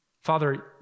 Father